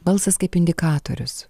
balsas kaip indikatorius